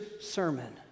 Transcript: sermon